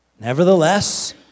nevertheless